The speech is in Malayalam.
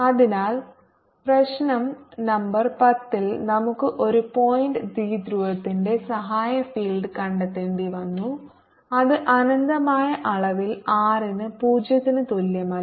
അതിനാൽ പ്രശ്നo നമ്പർ 10 ൽ നമുക്ക് ഒരു പോയിന്റ് ദ്വിധ്രുവത്തിന്റെ സഹായ ഫീൽഡ് കണ്ടെത്തേണ്ടി വന്നു അത് അനന്തമായ അളവിൽ r ന് 0 ന് തുല്യമല്ല